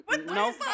no